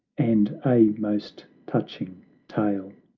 and a most touching tale